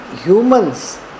humans